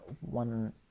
one